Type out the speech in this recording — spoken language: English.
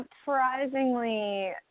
surprisingly